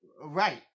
Right